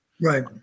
Right